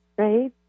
Right